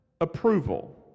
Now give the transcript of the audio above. approval